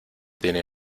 tiene